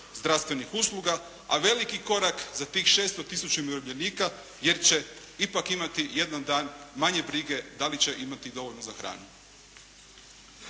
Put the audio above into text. zdravstvenih usluga, a veliki korak za tih 600 tisuća umirovljenika, jer će ipak imati jedan dan manje brige da li će imati dovoljno za hranu.